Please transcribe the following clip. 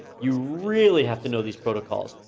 you really have to know these protocols.